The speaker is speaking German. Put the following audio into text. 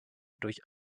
durch